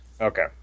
Okay